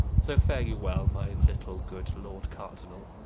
so fare you well, my little good lord cardinall.